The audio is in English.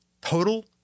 Total